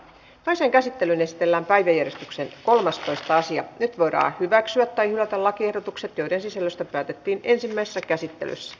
toiseen käsittelyyn esitellään päiväjärjestyksen kolmastoista sija ei voida hyväksyä tai tätä lakiehdotukset joiden sisällöstä päätettiin ensimmäisessä päättyi